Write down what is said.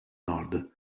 nord